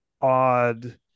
odd